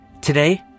Today